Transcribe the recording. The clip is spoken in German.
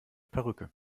perücke